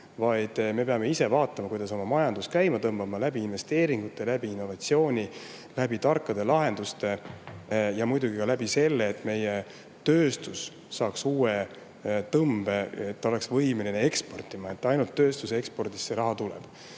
vaid me peame ise vaatama, kuidas oma majandust käima tõmmata läbi investeeringute, innovatsiooni, tarkade lahenduste ja muidugi läbi selle, et meie tööstus saaks uue tõmbe ja oleks võimeline eksportima. Ainult tööstuse ekspordist see raha tuleb.